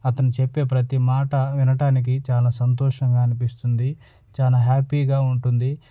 అతను చెప్పే ప్రతీ మాట వినటానికి చాలా సంతోషంగా అనిపిస్తుంది చాలా హ్యాపీగా ఉంటుంది